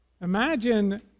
Imagine